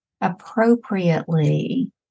appropriately